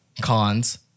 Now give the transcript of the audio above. cons